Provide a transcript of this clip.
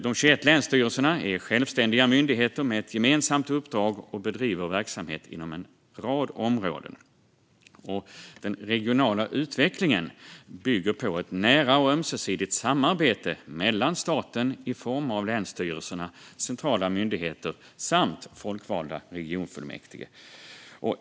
De 21 länsstyrelserna är självständiga myndigheter med ett gemensamt uppdrag, och de bedriver verksamhet inom en rad områden. Den regionala utvecklingen bygger på ett nära och ömsesidigt samarbete mellan staten, i form av länsstyrelserna, centrala myndigheter och folkvalda regionfullmäktige.